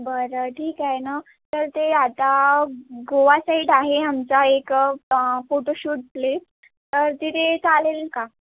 बरं ठीक आहे ना तर ते आता गोवा साईड आहे आमचा एक फोटो शूट प्लेस तर तिथे चालेल का